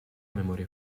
memorie